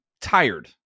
tired